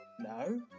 No